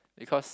because